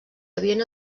havien